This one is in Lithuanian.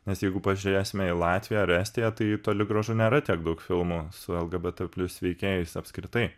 nes jeigu pažiūrėsime į latviją ar estiją tai toli gražu nėra tiek daug filmų su lgbt plius veikėjais apskritai